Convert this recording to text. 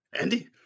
andy